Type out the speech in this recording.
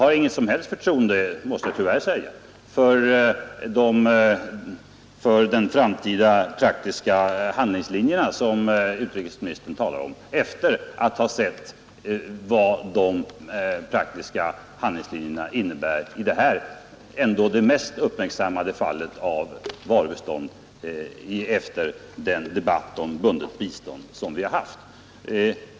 Jag känner mig inte ha fått några som helst garantier för att — måste jag tyvärr säga — det här inte kommer att upprepas i framtiden efter att ha sett hur det här fallet, som ändå är det mest uppmärksammade exemplet på varubistånd efter den debatt om bundet bistånd som vi haft, har handlagts.